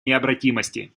необратимости